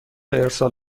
ارسال